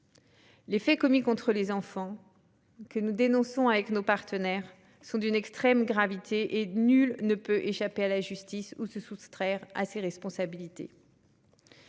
Les faits commis contre les enfants, que nos partenaires et nous-mêmes dénonçons, sont d'une extrême gravité. Nul ne peut échapper à la justice ou se soustraire à ses responsabilités.